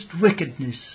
wickedness